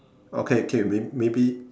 okay K may~ maybe